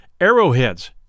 arrowheads